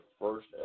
first